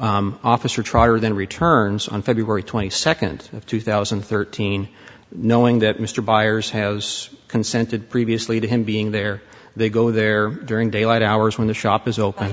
officer trotter then returns on february twenty second of two thousand and thirteen knowing that mr byers has consented previously to him being there they go there during daylight hours when the shop is open